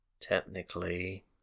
Technically